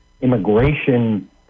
immigration